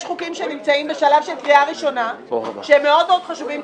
יש חוקים שנמצאים בשלב של קריאה ראשונה שהם מאוד חשובים,